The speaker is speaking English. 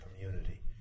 community